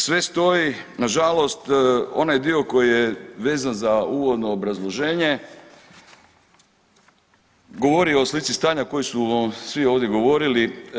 Sve stoji, nažalost onaj dio koji je vezan za uvodno obrazloženje govori o slici stanja o kojoj su svi ovdje govorili.